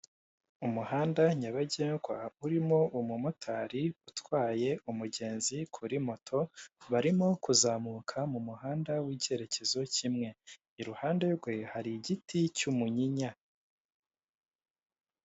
Umuhanda nyabagendwa urimo umumotari utwaye umugenzi kuri moto barimo kuzamuka mu muhanda w'icyerekezo kimwe, iruhande rwe hari igiti cy'umunyinya.